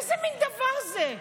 איזה מין דבר זה?